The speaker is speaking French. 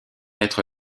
être